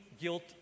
guilt